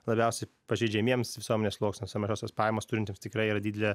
labiausiai pažeidžiamiems visuomenės sluoksniuose mažiausias pajamas turintiems tikrai yra didelė